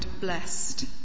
blessed